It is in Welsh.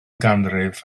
ganrif